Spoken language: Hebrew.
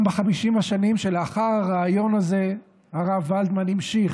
גם ב-50 השנים שלאחר הריאיון הזה הרב ולדמן המשיך